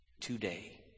today